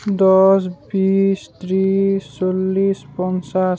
দহ বিছ ত্ৰিছ চল্লিছ পঞ্চাছ